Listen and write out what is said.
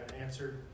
answer